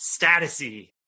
statusy